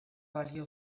balio